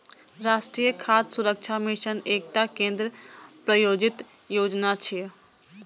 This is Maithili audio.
राष्ट्रीय खाद्य सुरक्षा मिशन एकटा केंद्र प्रायोजित योजना छियै